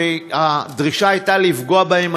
והדרישה הייתה לפגוע בהם,